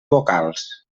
vocals